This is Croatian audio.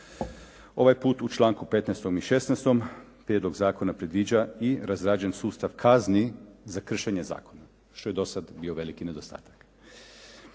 Ovaj put u članku 15. i 16. prijedlog zakona predviđa i razrađen sustav kazni za kršenje zakona, što je do sad bio veliki nedostatak.